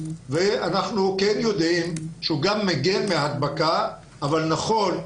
אנחנו כן יודעים שהוא גם מגן מהדבקה אבל נכון,